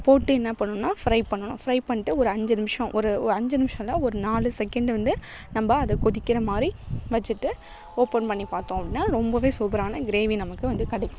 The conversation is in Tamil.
போட்டு என்ன பண்ணணும்னா ஃப்ரை பண்ணணும் ஃப்ரை பண்ணிட்டு ஒரு அஞ்சு நிமிஷம் ஒரு அஞ்சு நிமிஷம் இல்லை ஒரு நாலு செகண்ட் வந்து நம்ப அதை கொதிக்கிற மாதிரி வச்சிவிட்டு ஓப்பன் பண்ணி பார்த்தோம் அப்படின்னா ரொம்பவே சூப்பரான க்ரேவி நமக்கு வந்து கிடைக்கும்